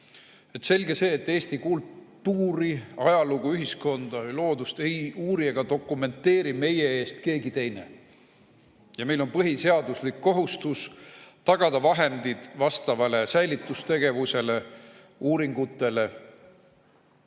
Selge see, et Eesti kultuuri, ajalugu, ühiskonda või loodust ei uuri ega dokumenteeri meie eest keegi teine. Meil on põhiseaduslik kohustus tagada vahendid vastavale säilitustegevusele, uuringutele.